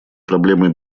проблемы